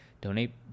donate